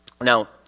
Now